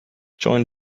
join